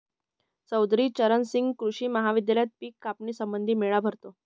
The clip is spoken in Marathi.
चौधरी चरण सिंह कृषी विद्यालयात पिक कापणी संबंधी मेळा भरतो